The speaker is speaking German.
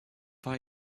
war